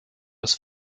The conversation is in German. des